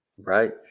Right